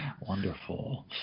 Wonderful